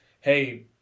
hey